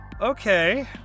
Okay